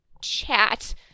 chat